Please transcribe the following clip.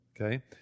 Okay